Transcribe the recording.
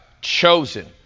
chosen